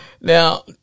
Now